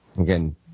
Again